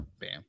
bam